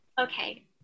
Okay